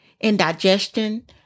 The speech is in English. indigestion